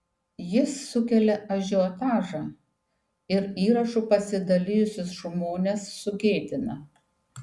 jis sukelia ažiotažą ir įrašu pasidalijusius žmones sugėdina